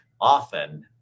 often